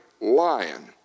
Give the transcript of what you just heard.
lion